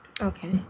okay